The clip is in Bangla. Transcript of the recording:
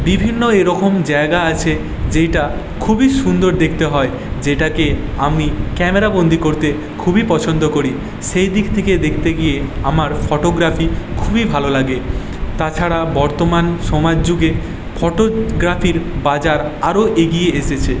বিভিন্ন এইরকম জায়গা আছে যেটা খুবই সুন্দর দেখতে হয় যেটাকে আমি ক্যামেরাবন্দী করতে খুবই পছন্দ করি সেইদিক থেকে দেখতে গিয়ে আমার ফটোগ্রাফি খুবই ভালো লাগে তাছাড়া বর্তমান সমাজ যুগে ফটোগ্রাফির বাজার আরও এগিয়ে এসেছে